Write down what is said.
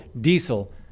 diesel